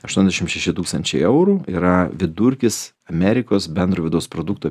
aštuoniasdešimt šešis tūkstančiai eurų yra vidurkis amerikos bendro vidaus produkto